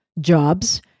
jobs